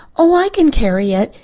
oh, i can carry it,